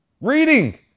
Reading